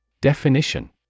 Definition